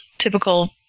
typical